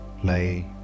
play